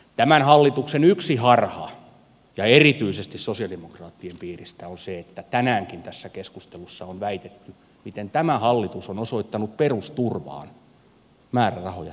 tämän hallituksen yksi harha ja erityisesti sosialidemokraattien piiristä on se että tänäänkin tässä keskustelussa on väitetty miten tämä hallitus on osoittanut perusturvaan määrärahoja tällä vaalikaudella